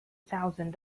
thousand